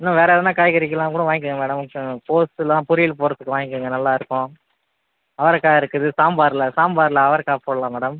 இன்னும் வேறு எதனால் காய்கறிகள்லாம் கூட வாங்கிக்கோங்க மேடம் கோஸுலாம் பொரியல் போடுறதுக்கு வாங்கிக்கோங்க நல்லாயிருக்கும் அவரைக்காய் இருக்குது சாம்பாரில் சாம்பாரில் அவரைக்காய் போடலாம் மேடம்